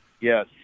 Yes